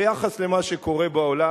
ביחס למה שקורה בעולם,